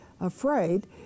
afraid